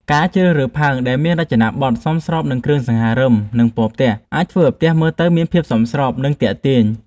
ការជ្រើសរើសផើងដែលមានរចនាបថសមស្របនឹងគ្រឿងសង្ហារឹម និងពណ៌ផ្ទះ អាចធ្វើឲ្យផ្ទះមើលទៅមានភាពសមស្រប និងទាក់ទាញ។